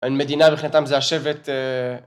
‫המדינה מבחינתם זה השבת...